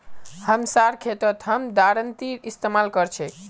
हमसार खेतत हम दरांतीर इस्तेमाल कर छेक